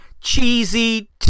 cheesy